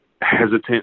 hesitant